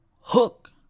hook